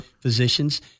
physicians